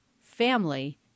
family